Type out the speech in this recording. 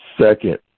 Second